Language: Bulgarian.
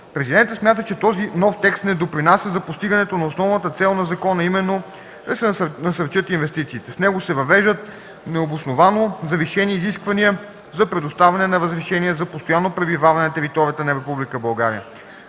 Президентът смята, че този нов текст не допринася за постигането на основната цел на закона, а именно да се насърчат инвестициите. С него се въвеждат необосновано завишени изисквания за предоставяне на разрешение за постоянно пребиваване на територията на